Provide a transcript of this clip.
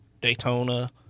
Daytona